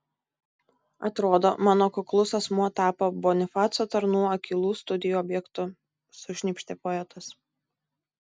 atrodo mano kuklus asmuo tapo bonifaco tarnų akylų studijų objektu sušnypštė poetas